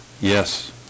Yes